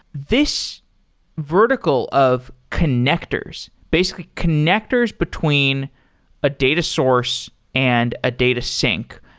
this vertical of connectors, basically connectors between a data source and a data sync.